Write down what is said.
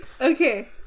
Okay